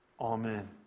Amen